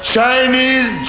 Chinese